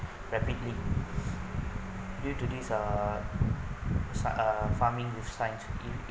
rapidly due to this uh sc~ uh farming with science